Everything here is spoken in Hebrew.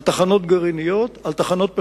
על תחנות גרעיניות, על תחנות פחמיות.